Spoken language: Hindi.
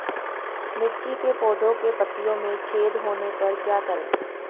मिर्ची के पौधों के पत्तियों में छेद होने पर क्या करें?